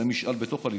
היה משאל בתוך הליכוד,